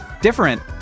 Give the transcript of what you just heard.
different